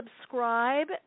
subscribe